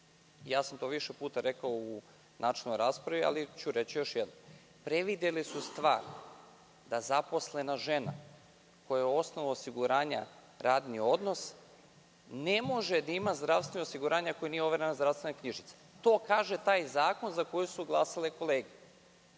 sam više puta rekao u načelnoj raspravi, ali ću reći još jednom. Prevideli su jednu stvar da zaposlena žena, kojoj je osnov osiguranja radni odnos, ne može da ima zdravstveno osiguranje ako joj nije overena zdravstvena knjižica. To kaže taj zakon za koji su glasale kolege.